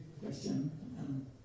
Question